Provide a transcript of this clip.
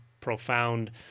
profound